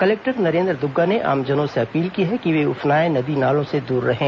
collector Narendra Dugga ने आमजनों से अपील की है कि वे उफनाए नदी नालों से दूर रहें